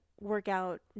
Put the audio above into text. workout